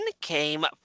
came